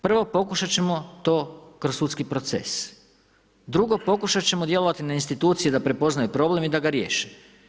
Prvo pokušati ćemo to kroz sudski proces, drugo pokušati ćemo djelovati na institucije da prepoznaju problem i da ga riješe.